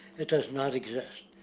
it does not exist.